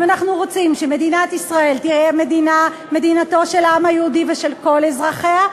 אם אנחנו רוצים שמדינת ישראל תהיה מדינתו של העם היהודי ושל כל אזרחיה,